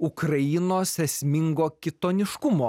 ukrainos esmingo kitoniškumo